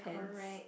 correct